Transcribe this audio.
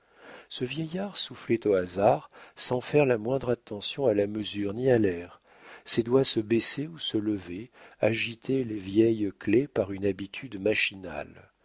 ce vieillard soufflait au hasard sans faire la moindre attention à la mesure ni à l'air ses doigts se baissaient ou se levaient agitaient les vieilles clefs par une habitude machinale